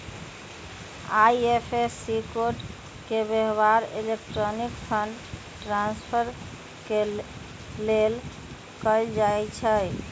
IFSC code के व्यव्हार electronic fund transfer के लेल कएल जाइ छइ